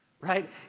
Right